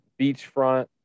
beachfront